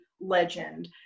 legend